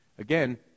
Again